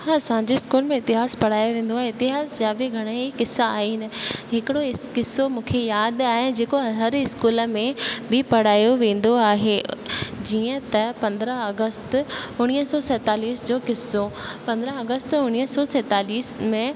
हा असांजे स्कूल में इतिहासु पढ़ायो वेंदो आहे इतिहास जा बि घणा ई क़िसा आहिनि हिकिड़ो क़िसो मूंखे यादि आहे जेको हर स्कूल में बि पढ़ायो वेंदो आहे जीअं त पंद्रहं अगस्त उणिवीह सौ सेतालीस जो क़िसो पंद्रहं अगस्त उणिवीह सौ सेतालीस में